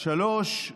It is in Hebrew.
יש